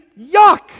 yuck